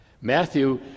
Matthew